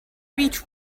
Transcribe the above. beech